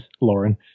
Lauren